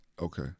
Okay